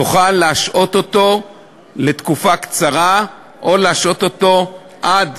תוכל להשעות אותו לתקופה קצרה או להשעות אותו עד